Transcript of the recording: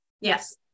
Yes